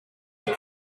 die